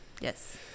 yes